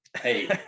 Hey